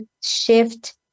shift